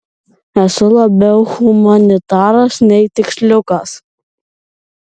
esu labiau humanitaras nei tiksliukas